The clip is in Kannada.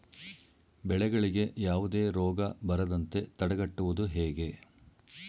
ಬೆಳೆಗಳಿಗೆ ಯಾವುದೇ ರೋಗ ಬರದಂತೆ ತಡೆಗಟ್ಟುವುದು ಹೇಗೆ?